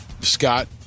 Scott